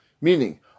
Meaning